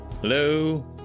Hello